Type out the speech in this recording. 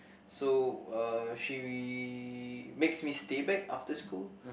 so uh she makes me stay back after school